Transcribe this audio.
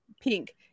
pink